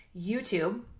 YouTube